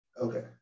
Okay